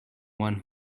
one